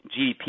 GDP